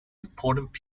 important